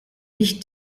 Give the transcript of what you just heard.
nicht